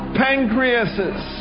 pancreases